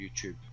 YouTube